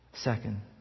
Second